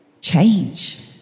change